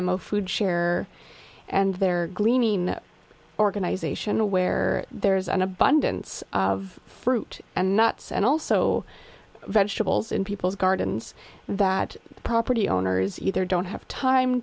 o food share and their clean organization aware there is an abundance of fruit and nuts and also vegetables in people's gardens that property owners either don't have time